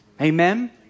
Amen